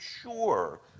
sure